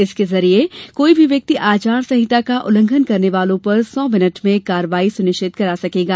इसके जरिये कोई भी व्यक्ति आचार संहिता का उल्लंघन करने वालों पर सौ मिनट में कार्यवाही सुनिश्चित करा सकेगा